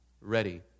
ready